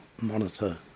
monitor